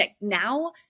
now